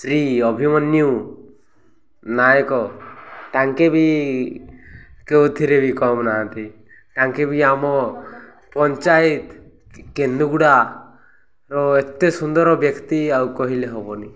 ଶ୍ରୀ ଅଭିମନ୍ୟୁ ନାୟକ ତାଙ୍କେ ବି କେଉଥିରେ ବି କମ୍ ନାହାନ୍ତି ତାଙ୍କେ ବି ଆମ ପଞ୍ଚାୟତ କେନ୍ଦୁଗୁଡ଼ାର ଏତେ ସୁନ୍ଦର ବ୍ୟକ୍ତି ଆଉ କହିଲେ ହବନି